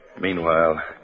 Meanwhile